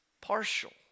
partial